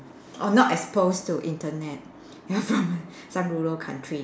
or not exposed to Internet they are from some rural country